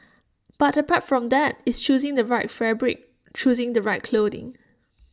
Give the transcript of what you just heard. but apart from that it's choosing the right fabric choosing the right clothing